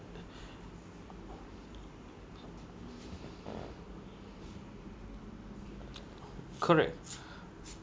correct